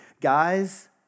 Guys